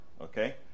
okay